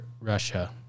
Russia